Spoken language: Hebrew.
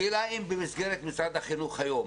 השאלה היא אם במסגרת משרד החינוך היום